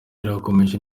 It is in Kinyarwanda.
yarakomeje